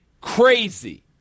crazy